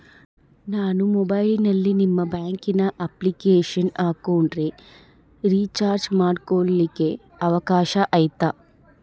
ನಾನು ಮೊಬೈಲಿನಲ್ಲಿ ನಿಮ್ಮ ಬ್ಯಾಂಕಿನ ಅಪ್ಲಿಕೇಶನ್ ಹಾಕೊಂಡ್ರೆ ರೇಚಾರ್ಜ್ ಮಾಡ್ಕೊಳಿಕ್ಕೇ ಅವಕಾಶ ಐತಾ?